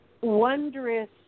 wondrous